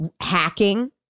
hacking